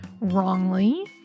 wrongly